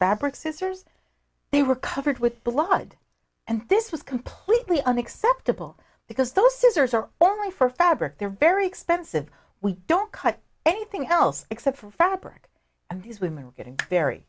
fabric scissors they were covered with blood and this was completely unacceptable because those scissors are only for fabric they're very expensive we don't cut anything else except for fabric and these women are getting very